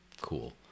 cool